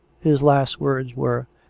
his last words were,